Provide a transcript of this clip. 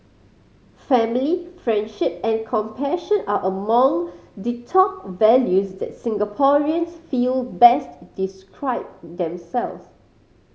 family friendship and compassion are among the top values that Singaporeans feel best describe themselves